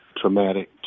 traumatic